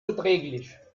zuträglich